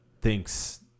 thinks